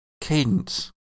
Cadence